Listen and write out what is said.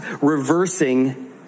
reversing